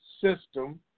system